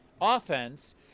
offense